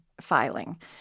filing